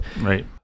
Right